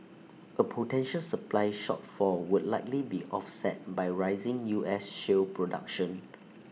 A potential supply shortfall would likely be offset by rising U S shale production